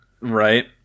Right